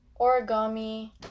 origami